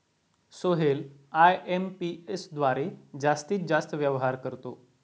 Sohail IMPS द्वारे जास्तीत जास्त व्यवहार करतो